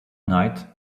night